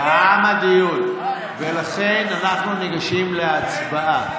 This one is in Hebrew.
תם הדיון, ולכן אנחנו ניגשים להצבעה.